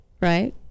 right